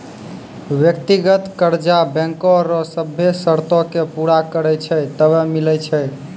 व्यक्तिगत कर्जा बैंको रो सभ्भे सरतो के पूरा करै छै तबै मिलै छै